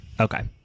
Okay